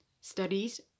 studies